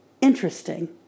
interesting